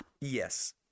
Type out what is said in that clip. yes